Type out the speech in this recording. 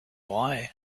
wii